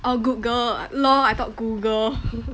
oh good girls LOL I thought Google